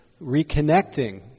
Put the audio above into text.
reconnecting